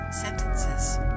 sentences